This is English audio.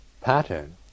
pattern